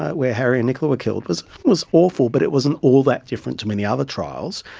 ah where harry and nicola were killed, was was awful but it wasn't all that different to many other trials.